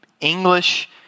English